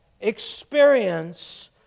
experience